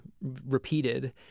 repeated